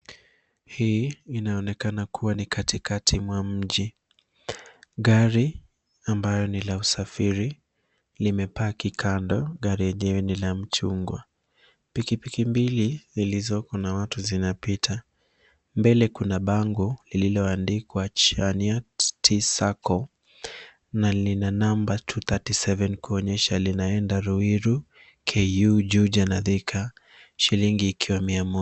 Hii inaonekana kua ni katikati mwa mji. Gari ambayo ni la usafiri limepaki kando. Gari lenyewe ni la mchungwa. Pikipiki mbili zilizoko na watu zinapita. Mbele kuna bango lililoandikwa, Chania T Sacco, na lina namba 237, kuonyesha linaenda Ruiru, KU, Juja, na Thika, shilingi ikiwa Mia Moja.